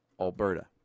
Alberta